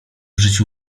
życiu